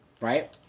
right